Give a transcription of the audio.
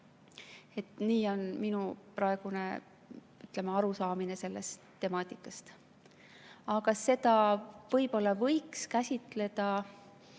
on minu praegune arusaamine sellest temaatikast. Aga seda võiks käsitleda